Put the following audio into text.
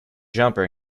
jumper